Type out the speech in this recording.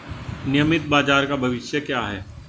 नियमित बाजार का भविष्य क्या है?